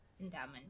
Endowment